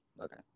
okay